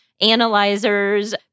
analyzers